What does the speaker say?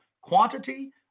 quantity